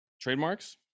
trademarks